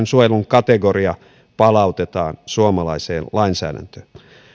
suojelun kategoria palautetaan suomalaiseen lainsäädäntöön